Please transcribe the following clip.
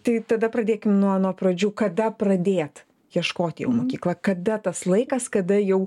tai tada pradėkim nuo nuo pradžių kada pradėt ieškot jau mokyklą kada tas laikas kada jau